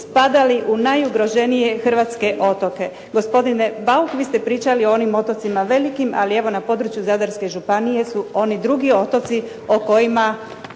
spadali u najugroženije hrvatske otoke. Gospodine Bauk vi ste pričali o onim otocima velikim, ali evo na području Zadarske županije su oni drugi otoci o kojima